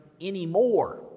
anymore